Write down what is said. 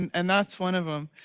and that's one of them.